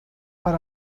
per